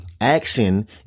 Action